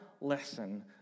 lesson